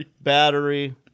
battery